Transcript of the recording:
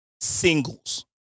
singles